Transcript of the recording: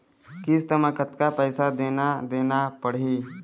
किस्त म कतका पैसा देना देना पड़ही?